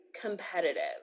competitive